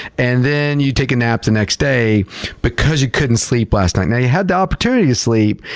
and then you take a nap the next day because you couldn't sleep last night. now, you had the opportunity to sleep,